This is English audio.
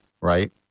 right